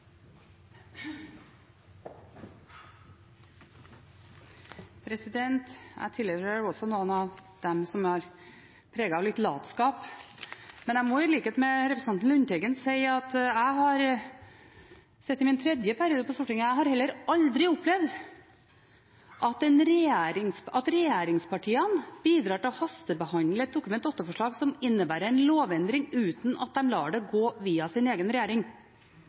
av litt latskap, men jeg må, i likhet med representanten Lundteigen, si at jeg heller aldri har opplevd – jeg sitter i min tredje periode på Stortinget – at regjeringspartiene bidrar til å hastebehandle et Dokument 8-forslag som innebærer en lovendring, uten at de lar det gå via sin egen regjering.